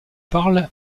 parle